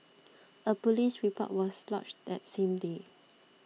a police report was lodged that same day